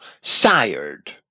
sired